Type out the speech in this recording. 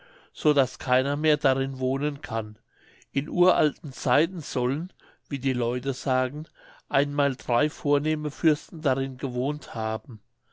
so daß keiner mehr darin wohnen kann in uralten zeiten sollen wie die leute sagen einmal drei vornehme fürsten darin gewohnt haben